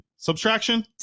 Subtraction